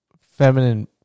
feminine